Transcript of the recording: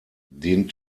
den